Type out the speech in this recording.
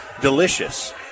delicious